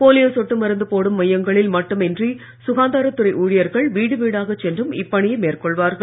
polio சொட்டு மருந்து போடும் மையங்களில் மட்டுமின்றி சுகாதாரத்துறை ஊழியர்கள் வீடு வீடாக சென்றும் இப்பணியை மேற்கொள்வார்கள்